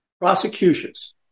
Prosecutions